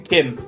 Kim